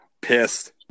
Pissed